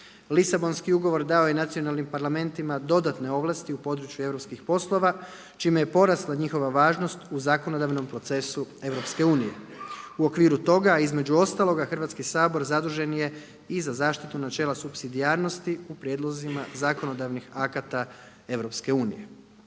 Lisabonski ugovor dao je nacionalnim parlamentima dodatne ovlasti u području europskih poslova čime je porasla njihova važnost u zakonodavnom procesu EU. U okviru toga a između ostaloga Hrvatski sabor zadužen je i za zaštitu načela supsidijarnosti u prijedlozima zakonodavnih akata EU.